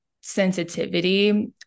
sensitivity